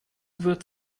wird